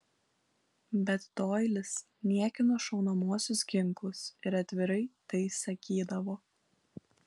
bet doilis niekino šaunamuosius ginklus ir atvirai tai sakydavo